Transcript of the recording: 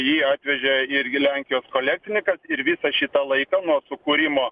jį atvežė irgi lenkijos kolekcininkas ir visą šitą laiką nuo sukūrimo